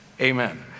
amen